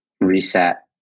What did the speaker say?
reset